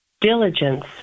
diligence